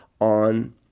on